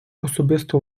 особисто